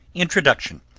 introduction,